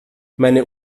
meine